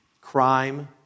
Crime